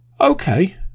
okay